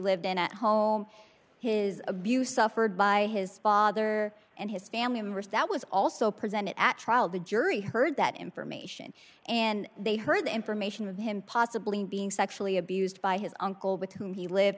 lived in a home his abuse suffered by his father and his family members that was also presented at trial the jury heard that information and they heard the information of him possibly being sexually abused by his uncle with whom he lived